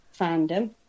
fandom